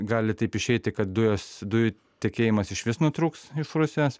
gali taip išeiti kad dujos dujų tekėjimas išvis nutrūks iš rusijos